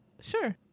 Sure